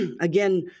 again